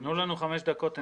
תנו לנו חמש דקות.